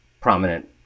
prominent